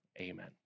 Amen